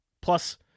plus